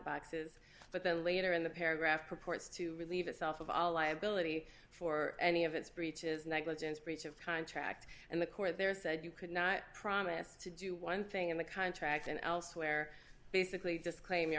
boxes but the later in the paragraph purports to relieve itself of all liability for any of its breaches negligence breach of contract and the court there said you could not promise to do one thing in the contract and elsewhere basically just claim your